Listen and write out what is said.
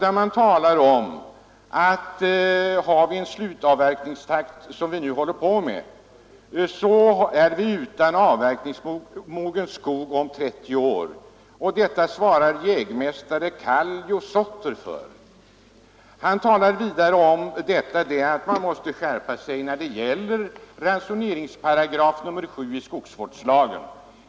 Det framhålls i artikeln att vi med en sådan slutavverkningstakt som den vi nu har kommer att vara utan avverkningsmogen skog om 30 år. För denna uppgift svarar Kaljo Sotter. Denne talar vidare om att man måste skärpa sig när det gäller ransoneringsparagrafen, dvs. § 7 i skogsvårdslagen.